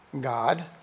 God